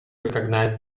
recognized